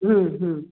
हा ह